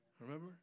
Remember